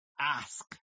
ask